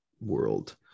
world